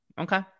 Okay